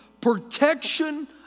protection